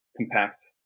compact